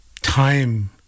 Time